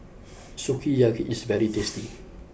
Sukiyaki is very tasty